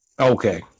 Okay